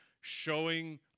showing